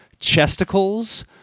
chesticles